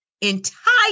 entire